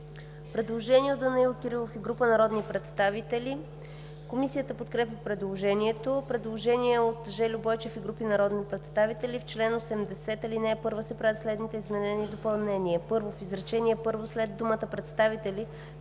Предложение от Данаил Кирилов и група народни представители. Комисията подкрепя предложението. Предложение от Жельо Бойчев и група народни представители: „В чл. 80, ал. 1 се правят следните изменения и допълнения: 1. В изречение първо след думата „представители“